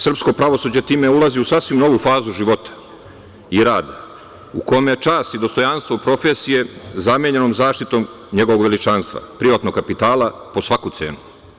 Srpsko pravosuđe time ulazi u sasvim novu fazu života i rada u kome je čast i dostojanstvo profesije zamenjeno zaštitom njegovog veličanstva – privatnog kapitala, po svaku cenu.